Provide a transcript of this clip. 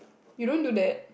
you don't do that